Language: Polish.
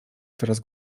coraz